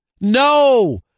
No